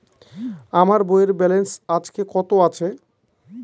আমার বইয়ের ব্যালেন্স আজকে কত আছে?